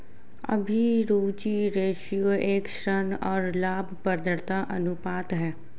अभिरुचि रेश्यो एक ऋण और लाभप्रदता अनुपात है